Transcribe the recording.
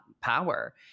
power